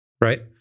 right